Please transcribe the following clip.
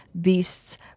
beasts